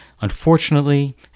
Unfortunately